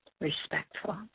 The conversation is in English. respectful